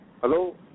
Hello